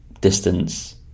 distance